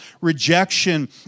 rejection